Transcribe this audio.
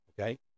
okay